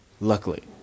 Luckily